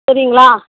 சரிங்களா